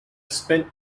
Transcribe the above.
spent